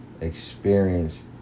experienced